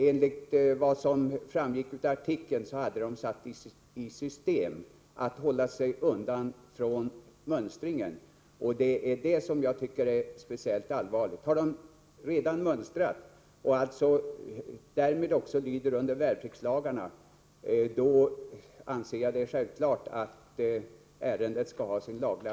Enligt vad som framgick av artikeln hade dessa idrottare satt i system att hålla sig undan från mönstringen. Det tycker jag är speciellt allvarligt. Om man redan har mönstrat och därmed lyder under värnpliktslagarna, anser jag det vara självklart att ärendet skall ha sin laga